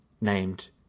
named